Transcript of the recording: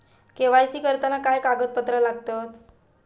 KYC करताना काय कागदपत्रा लागतत?